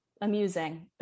amusing